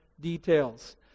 details